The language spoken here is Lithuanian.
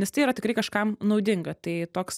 nes tai yra tikrai kažkam naudinga tai toks